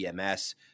EMS